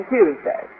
Tuesday